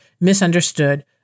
misunderstood